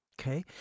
Okay